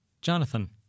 Jonathan